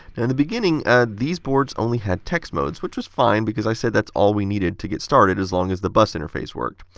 and the beginning these boards only had text modes, which was fine because i said that's all we needed to get started as long as the bus interface worked.